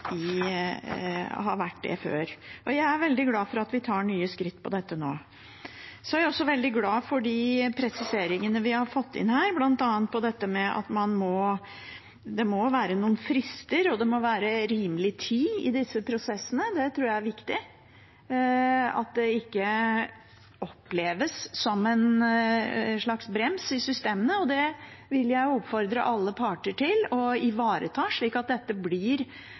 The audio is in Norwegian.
før. Jeg er veldig glad for at vi tar nye skritt på dette nå. Jeg er også veldig glad for de presiseringene vi har fått inn, bl.a. dette med at det må være noen frister, og det må være rimelig tid i disse prosessene. Det tror jeg er viktig – at det ikke oppleves som en slags brems i systemene – og det vil jeg oppfordre alle parter til å ivareta, slik at dette blir